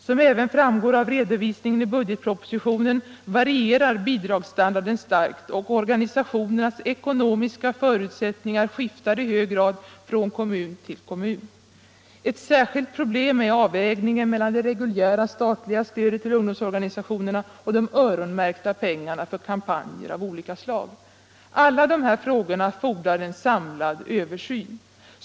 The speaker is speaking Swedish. Som även frumpgår av redovisningen i budgetpropositionen varierar bidrugsstandarden starkt, och organisationernas ekonomiska förutsättningar skiftar i hög grad från kommun till kommun. Ett särskilt problem är avvägningen mellan det reguljära statliga stöder till ungdomsorganisationerna och de öronmärkta pengarna för kampanjer av olika slag. Alla dessa frågor fordrar en samlad översyn.